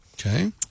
Okay